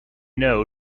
know